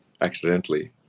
accidentally